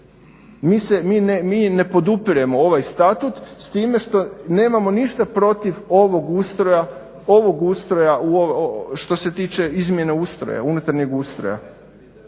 Mi ne podupiremo ovaj statut, s time što nemamo ništa protiv ovog ustroja, što se tiče izmjene ustroja, unutarnjeg ustroja.